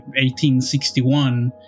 1861